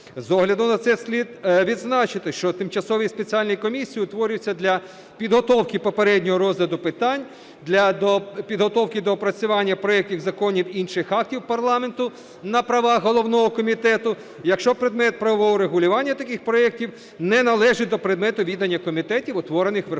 З огляду на це слід відзначити, що тимчасова спеціальна комісія утворюється для підготовки і попереднього розгляду питань, для підготовки і доопрацювання проектів законів та інших актів парламенту на правах головного комітету, якщо предмет правового регулювання таких проектів не належить до предмету відання комітетів, утворених Верховною Радою.